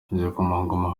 igikomangoma